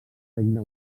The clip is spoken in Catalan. regne